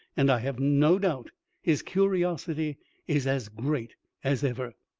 and i have no doubt his curiosity is as great as ever.